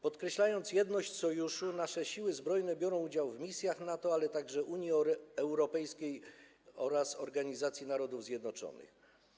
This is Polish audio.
Podkreślając jedność Sojuszu, nasze Siły Zbrojne biorą udział w misjach NATO, ale także Unii Europejskiej oraz Organizacji Narodów Zjednoczonych.